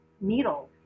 needles